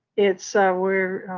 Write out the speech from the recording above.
it's ah where